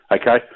Okay